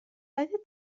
oeddet